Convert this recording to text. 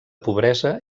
pobresa